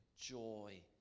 Joy